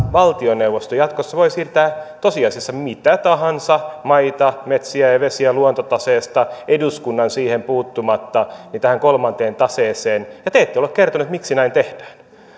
valtioneuvosto jatkossa voi siirtää tosiasiassa mitä tahansa maita metsiä ja vesiä luontotaseesta eduskunnan siihen puuttumatta tähän kolmanteen taseeseen ja te ette ole kertoneet miksi näin tehdään